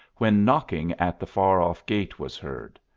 when knocking at the far-off gate was heard.